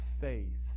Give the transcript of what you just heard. faith